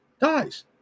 Dies